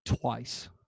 twice